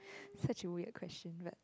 such a weird question but